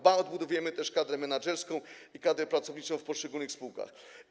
Ba, odbudowujemy też kadrę menedżerską i kadrę pracowniczą w poszczególnych spółkach.